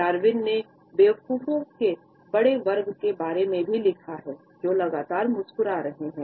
Darwin ने बेवकूफों के बड़े वर्ग के बारे में भी लिखा है जो लगातार मुस्कुरा रहे हैं